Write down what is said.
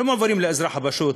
לא מועברים לאזרח הפשוט,